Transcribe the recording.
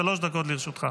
שלוש דקות לרשותך.